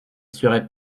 serait